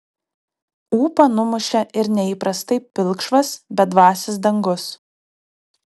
ūpą numušė ir neįprastai pilkšvas bedvasis dangus